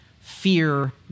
fear